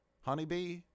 Honeybee